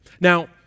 Now